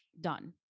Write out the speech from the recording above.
done